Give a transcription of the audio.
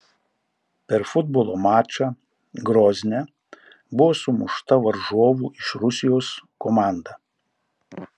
per futbolo mačą grozne buvo sumušta varžovų iš rusijos komanda